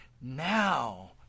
now